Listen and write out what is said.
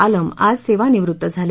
आलम आज सेवानिवृत्त झाले